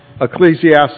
Ecclesiastes